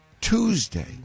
Tuesday